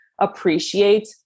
appreciate